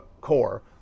core